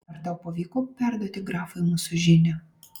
ar tau pavyko perduoti grafui mūsų žinią